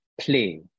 play